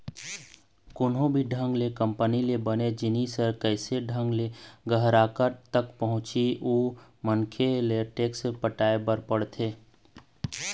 कोनो भी ढंग ले कंपनी ले बने जिनिस ह कइसे ढंग ले गराहक तक पहुँचथे अउ मनखे ल टेक्स पटाय बर पड़थे